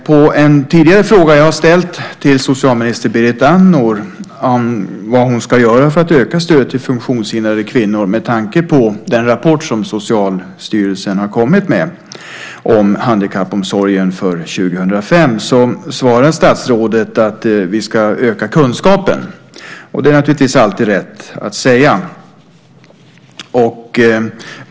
Jag har tidigare ställt en fråga till socialminister Berit Andnor om vad hon ska göra för att öka stödet till funktionshindrade kvinnor, detta med tanke på Socialstyrelsens rapport om handikappomsorgen för 2005. Statsrådet svarar att vi ska öka kunskapen. Det är naturligtvis alltid rätt att säga det.